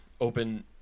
open